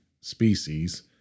species